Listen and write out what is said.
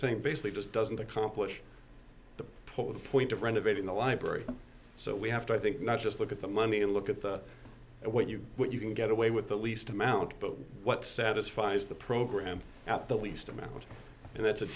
saying basically just doesn't accomplish the put the point of renovating the library so we have to i think not just look at the money and look at the what you what you can get away with the least amount but what satisfies the program at the least amount and that's a